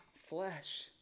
flesh